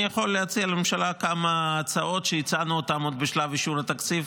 אני יכול להציע לממשלה כמה הצעות שהצענו עוד בשלב אישור התקציב,